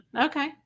okay